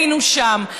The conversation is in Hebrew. היינו שם.